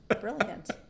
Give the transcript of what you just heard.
Brilliant